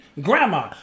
grandma